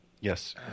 Yes